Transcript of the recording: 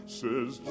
says